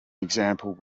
example